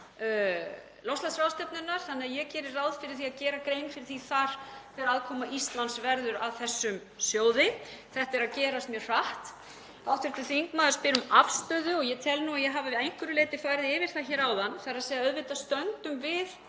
loftslagsráðstefnunnar þannig að ég geri ráð fyrir því að gera grein fyrir því þar hver aðkoma Íslands verður að þessum sjóði. Þetta er að gerast mjög hratt. Hv. þingmaður spyr um afstöðu og ég tel að ég hafi að einhverju leyti farið yfir það hér áðan. Auðvitað stöndum við